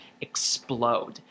explode